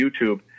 YouTube